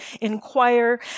inquire